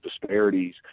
disparities